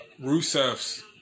Rusev's